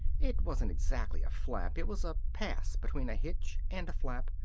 it wasn't exactly a flap it was a pass between a hitch and a flap,